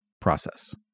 process